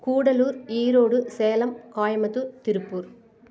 Gudalur Erode Salem Coimbatore Tiruppur